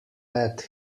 pat